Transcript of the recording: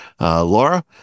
Laura